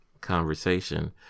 conversation